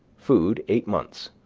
food eight months.